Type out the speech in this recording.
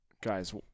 guys